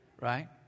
Right